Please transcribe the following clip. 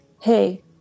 hey